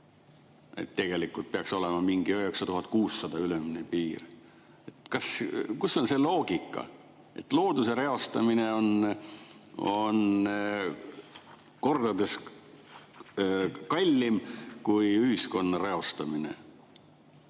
et tegelikult peaks olema mingi 9600 ülemine piir. Kus on see loogika, et looduse reostamine on kordades kallim kui ühiskonna reostamine?